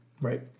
Right